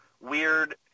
weird